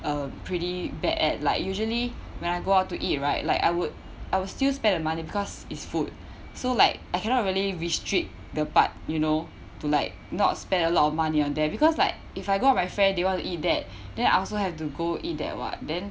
uh pretty bad at like usually when I go out to eat right like I would I would still spend the money because is food so like I cannot really restrict the part you know to like not spend a lot of money on there because like if I go out with my friend they want to eat that then I also have to go eat that [what] then